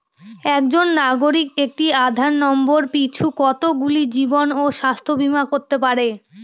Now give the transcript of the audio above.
একজন নাগরিক একটি আধার নম্বর পিছু কতগুলি জীবন ও স্বাস্থ্য বীমা করতে পারে?